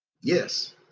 yes